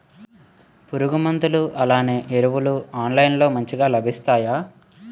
పురుగు మందులు అలానే ఎరువులు ఆన్లైన్ లో మంచిగా లభిస్తాయ?